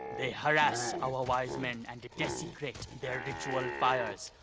they harrass our wise men and desecrate their ritual fires.